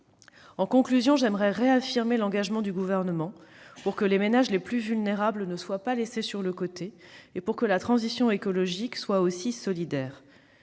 En conclusion, j'aimerais réaffirmer l'engagement du Gouvernement : les ménages les plus vulnérables ne doivent pas être laissés sur le côté et la transition écologique doit être également solidaire.